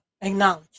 acknowledge